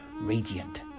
radiant